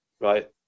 right